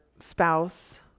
spouse